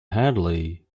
hadley